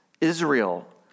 Israel